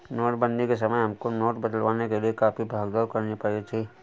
नोटबंदी के समय हमको नोट बदलवाने के लिए काफी भाग दौड़ करनी पड़ी थी